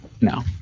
No